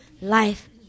life